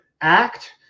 act